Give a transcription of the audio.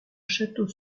château